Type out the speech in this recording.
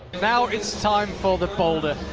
now it's time for the boulder.